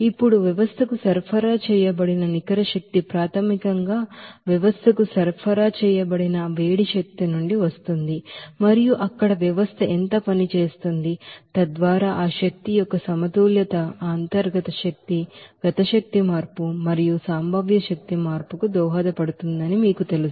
ఇప్పుడు వ్యవస్థకు సరఫరా చేయబడిన నికర శక్తి ప్రాథమికంగా వ్యవస్థకు సరఫరా చేయబడిన ఆ హీట్ ఎనర్జీ నుండి వస్తుంది మరియు అక్కడ వ్యవస్థ ఎంత పని చేస్తుంది తద్వారా ఆ ఎనర్జీ బాలన్స్ ఆ ఇంటర్నల్ ఎనర్జీ కైనెటిక్ ఎనెర్జి మార్పు మరియు పొటెన్షియల్ ఎనెర్జి మార్పుకు దోహదపడుతుందని మీకు తెలుసు